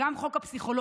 גם חוק הפסיכולוגים.